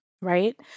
right